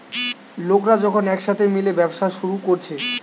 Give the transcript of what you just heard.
লোকরা যখন একসাথে মিলে ব্যবসা শুরু কোরছে